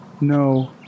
No